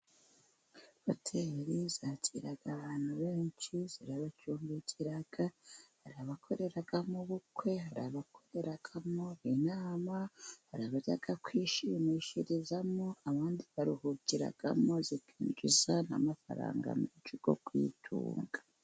Hoteri zakira abantu benshi, zirabacumbikira. Hari abakoreramo ubukwe, hari abakoreramo inama, kwishimishirizamo abandi baruhukiramo zikinjiza amafaranga menshi yo kwitunga.